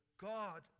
God